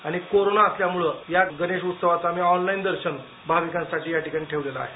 आणि कोरोना असल्यामुळे या गणेशाचं आम्ही ऑनलाईन दर्शन भाविकांसाठी या ठिकाणी ठेवलं आहे